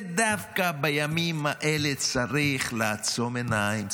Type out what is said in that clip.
ודווקא בימים האלה צריך לעצום עיניים,